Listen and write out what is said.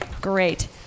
Great